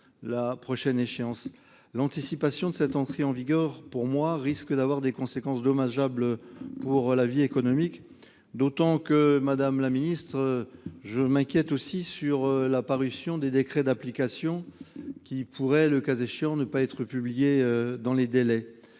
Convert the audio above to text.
la prochaine échéance. L'anticipation de cette entrée en vigueur, pour moi, risque d'avoir des conséquences dommageables pour la vie économique, d'autant que, Madame la Ministre, je m'inquiète aussi sur l'apparution des décrets d'application qui pourraient, le cas échéant, ne pas être publiés dans les délais.